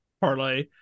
parlay